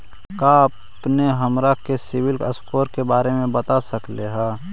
का अपने हमरा के सिबिल स्कोर के बारे मे बता सकली हे?